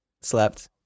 Slept